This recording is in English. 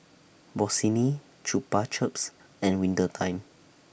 Bossini Chupa Chups and Winter Time